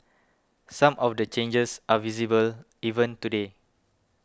some of the changes are visible even today